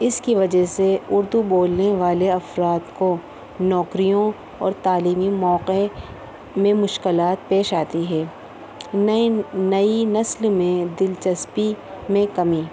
اس کی وجہ سے اردو بولنے والے افراد کو نوکریوں اور تعلیمی موقع میں مشکلات پیش آتی ہے نئی نئی نسل میں دلچسپی میں کمی